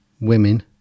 women